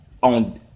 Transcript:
On